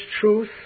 truth